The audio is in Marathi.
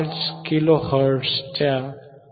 5 किलो हर्ट्झचे 1